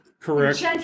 Correct